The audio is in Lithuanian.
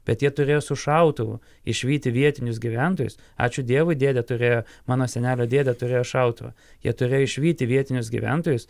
bet jie turėjo su šautuvu išvyti vietinius gyventojus ačiū dievui dėdė turėjo mano senelio dėdė turėjo šautuvą jie turėjo išvyti vietinius gyventojus